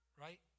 Right